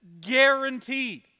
guaranteed